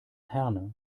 herne